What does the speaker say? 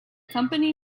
company